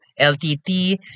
LTT